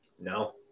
No